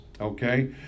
Okay